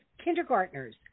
kindergartners